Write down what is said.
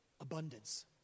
abundance